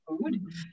food